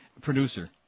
producer